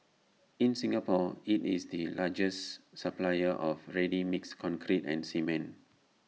in Singapore IT is the largest supplier of ready mixed concrete and cement